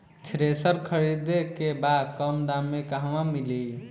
Thresher खरीदे के बा कम दाम में कहवा मिली?